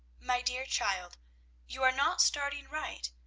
my dear child you are not starting right.